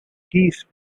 killed